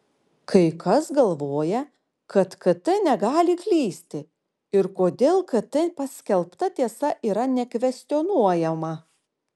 kai kas galvoja kad kt negali klysti ir todėl kt paskelbta tiesa yra nekvestionuojama